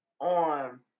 on